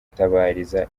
gutabariza